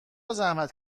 زحمت